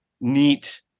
neat